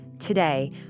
Today